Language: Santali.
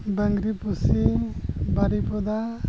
ᱵᱟᱹᱝᱨᱤᱯᱩᱥᱤ ᱵᱟᱨᱤᱯᱚᱫᱟ